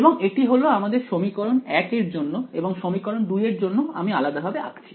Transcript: এবং এটি হল আমাদের সমীকরণ 1 এর জন্য এবং সমীকরণ 2 এর জন্য আমি আলাদাভাবে আঁকছি